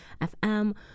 FM